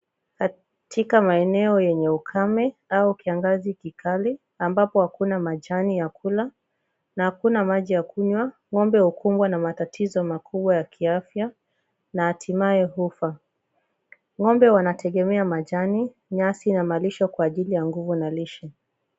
Katika maeneo yenye ukame, au kiangazi kikali ambapo hakuna majani ya kula na hakuna maji ya kunywa , ng'ombe hukumbwa na matatizo makubwa ya kiafya na hatimaye hufa. Ng'ombe hutegemea majani, maji na malisho kwa ajili ya nguvu na lishe.